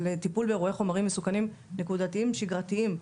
טיפול באירועי חומרים מסוכנים נקודתיים שגרתיים.